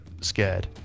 scared